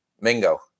Mingo